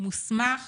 מוסמך